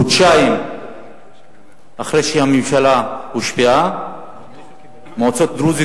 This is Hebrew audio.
חודשיים אחרי שהממשלה הושבעה מועצות דרוזיות